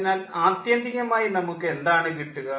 അതിനാൽ ആത്യന്തികമായി നമുക്ക് എന്താണ് കിട്ടുക